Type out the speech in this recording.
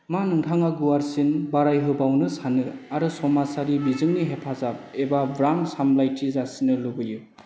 मा नोंथाङा गुवारसिन बारायहोबावनो सानो आरो समाजारि बिजोंनि हेफाजाब एबा ब्रान्ड सामलायथि जासिनो लुगैयो